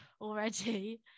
already